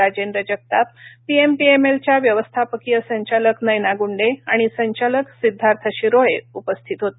राजेंद्र जगताप पीएमपीएमएलच्या व्यवस्थापकीय संचालक नयना ग्ंडे आणि संचालक सिद्धार्थ शिरोळे उपस्थित होते